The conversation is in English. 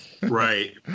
Right